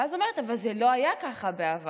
ואז היא אומרת: אבל זה לא היה ככה בעבר.